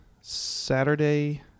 Saturday